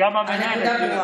הנקודה ברורה.